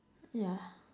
yeah